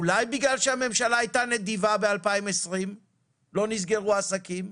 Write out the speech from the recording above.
אולי בגלל שהממשלה הייתה נדיבה בשנת 2020 לא נסגרו עסקים?